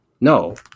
No